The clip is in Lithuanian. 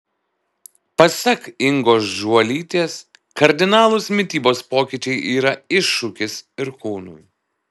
pasak ingos žuolytės kardinalūs mitybos pokyčiai yra iššūkis ir kūnui